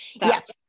Yes